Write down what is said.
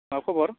मा खबर